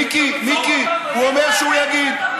מיקי, מיקי, הוא אומר שהוא יגיד.